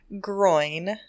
groin